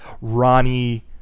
Ronnie